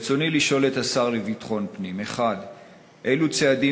ברצוני לשאול את השר לביטחון פנים: 1. אילו צעדים